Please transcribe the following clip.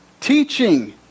teaching